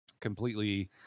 completely